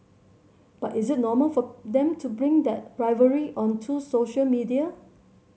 but is it normal for them to bring that rivalry onto social media